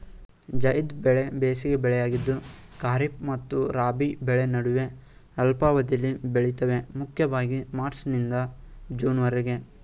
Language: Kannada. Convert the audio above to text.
ಝೈದ್ ಬೆಳೆ ಬೇಸಿಗೆ ಬೆಳೆಯಾಗಿದ್ದು ಖಾರಿಫ್ ಮತ್ತು ರಾಬಿ ಬೆಳೆ ನಡುವೆ ಅಲ್ಪಾವಧಿಲಿ ಬೆಳಿತವೆ ಮುಖ್ಯವಾಗಿ ಮಾರ್ಚ್ನಿಂದ ಜೂನ್ವರೆಗೆ